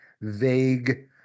vague